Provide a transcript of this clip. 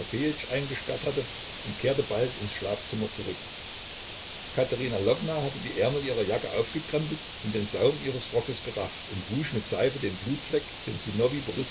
eingesperrt hatte und kehrte bald ins schlafzimmer zurück katerina lwowna hatte die ärmel ihrer jacke aufgekrempelt und den saum ihres rockes gerafft und wusch mit seife den blutfleck den